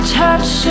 touch